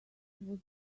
was